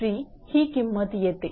983 ही किंमत येते